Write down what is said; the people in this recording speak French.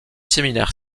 séminaire